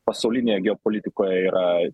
pasaulinėje geopolitikoje yra